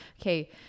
Okay